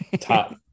top